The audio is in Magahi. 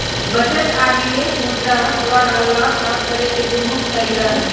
बचत आऽ निवेश मुद्रा द्वारा लाभ प्राप्त करेके दू मुख्य तरीका हई